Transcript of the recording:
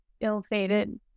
ill-fated